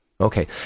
Okay